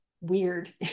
weird